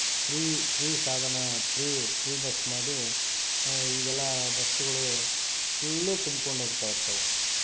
pre ಪ್ರಿ ಸಾಧನ ಪ್ರಿ ಪ್ರಿ ಬಸ್ ಮಾಡಿ ಈಗೆಲ್ಲ ಬಸ್ಸುಗಳು ಫುಲ್ಲು ತುಂಬ್ಕೊಂಡು ಹೋಗ್ತಾ ಇರ್ತವು